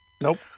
Nope